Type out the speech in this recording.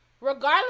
Regardless